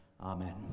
amen